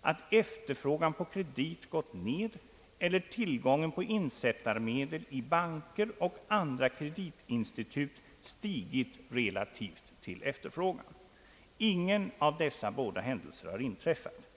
att efterfrågan på kredit gått ned eller tillgången på insättarmedel i banker och andra kreditinstitut stigit relativt till efterfrågan. Ingen av dessa båda händelser har inträffat.